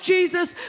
Jesus